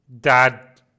dad